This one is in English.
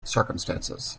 circumstances